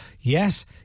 yes